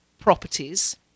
properties –